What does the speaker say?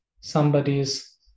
somebody's